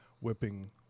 whipping